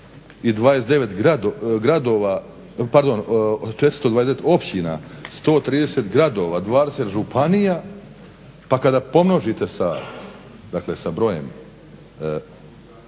429 općina, 130 gradova, 20 županija, pa kada pomnožite sa brojem